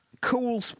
Cool